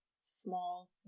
small